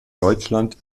deutschland